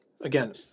Again